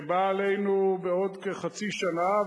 שבאה עלינו בעוד כחצי שנה,